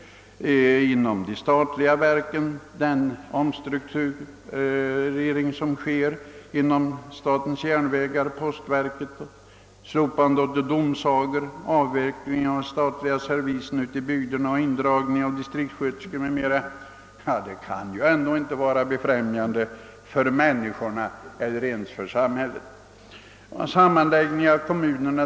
även inom de statliga företagen försiggår en stark omstrukturering, t.ex. inom statens järnvägar, postverket, domsagorna och när det gäller avvecklingen av den statliga servicen ute i bygderna. Jag tänker här t.ex. på indragning av distriktssköterskor och liknande. Sådant kan inte vara befrämjande för vare sig människorna eller samhället. Man kan också se på sammanläggningen av kommuner.